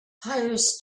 hires